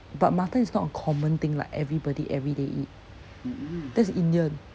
but mutton is not a common thing like everybody everyday eat that's indian